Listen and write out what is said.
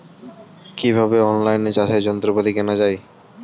কিভাবে অন লাইনে চাষের যন্ত্রপাতি কেনা য়ায়?